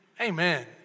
Amen